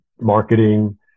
marketing